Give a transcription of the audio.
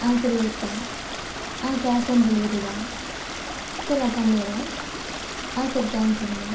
ஆ சரி ஓகே ஆ cash on delivery தான் சரி நான் பண்ணிடுறேன் ஆ சரி தேங்க் யூங்கண்ணா